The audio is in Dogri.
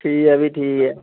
ठीक ऐ फ्ही ठीक ऐ